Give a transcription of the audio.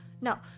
No